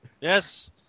Yes